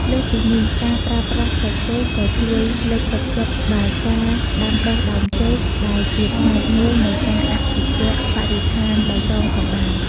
លើសពីនេះ ការប្រើប្រាស់ស្លឹកចេកក៏ជួយ លើកទឹកចិត្តដល់ការដាំដុះដើមចេក ដែលជាផ្នែកមួយនៃការអភិរក្សបរិស្ថានបៃតងផងដែរ។